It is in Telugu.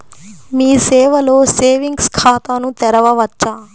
మీ సేవలో సేవింగ్స్ ఖాతాను తెరవవచ్చా?